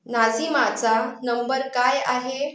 नाझीमाचा number काय आहे